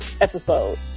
episode